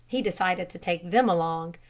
he decided to take them along.